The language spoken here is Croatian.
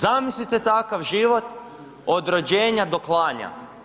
Zamislite takav život od rođenja do klanja.